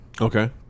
Okay